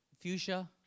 fuchsia